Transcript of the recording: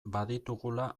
baditugula